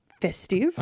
festive